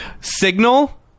Signal